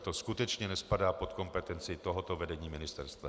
To skutečně nespadá pod kompetenci tohoto vedení ministerstva.